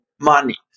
Money